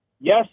Yes